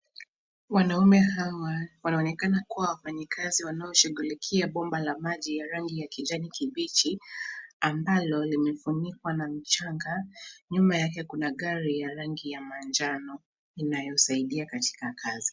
Wanaume hawa wanaonekana kuwa wafanyikazi wanaoshughulikia bomba la maji ya rangi ya kijani kibichi ambalo limefunikwa na mchanga. Nyuma yake kuna gari ya rangi ya manjano inayosaidia katika kazi.